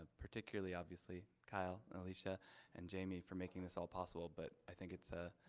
ah particularly obviously, kyle and alysia and jamie for making this all possible, but i think it's ah,